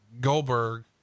Goldberg